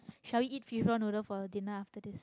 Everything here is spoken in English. shall we eat fishball-noodle for dinner after this